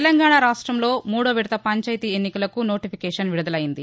తెలంగాణా రాష్టంలో మూదోవిడత పంచాయితీ ఎన్నికలకు నోటిఫికేషన్ విడుదలయ్యింది